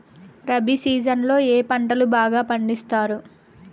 rabi season లో ఏ పంటలు బాగా పండిస్తారు